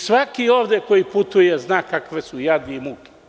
Svako ovde ko putuje zna kakvi su jadi i muke.